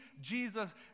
Jesus